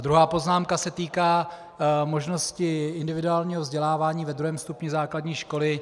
Druhá poznámka se týká možnosti individuální vzdělávání ve druhém stupni základní školy.